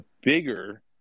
bigger